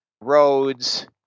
roads